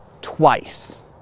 twice